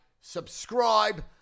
subscribe